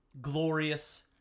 glorious